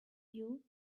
you